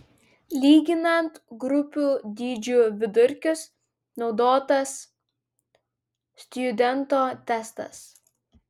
lyginant grupių dydžių vidurkius naudotas stjudento testas